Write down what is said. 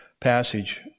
passage